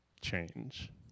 change